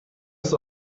ist